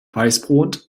weißbrot